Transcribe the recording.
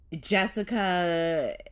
Jessica